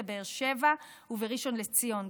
בבאר שבע ובראשון לציון.